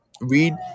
read